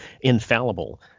infallible